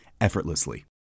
effortlessly